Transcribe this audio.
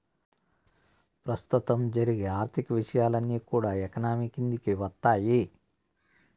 ప్రస్తుతం జరిగే ఆర్థిక విషయాలన్నీ కూడా ఎకానమీ కిందికి వత్తాయి